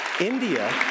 India